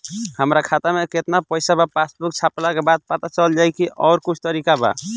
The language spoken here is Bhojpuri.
हमरा खाता में केतना पइसा बा पासबुक छपला के बाद पता चल जाई कि आउर कुछ तरिका बा?